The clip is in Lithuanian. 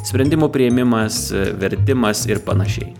sprendimų priėmimas vertimas ir panašiai